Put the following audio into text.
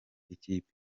ikipe